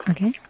Okay